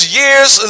years